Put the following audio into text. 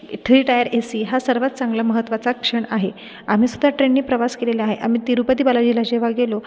three tier A C हा सर्वात चांगला महत्वाचा क्षण आहे आम्ही सुद्धा ट्रेनने प्रवास केलेला आहे आम्ही तिरूपती बालाजीला जेव्हा गेलो